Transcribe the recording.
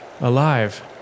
Alive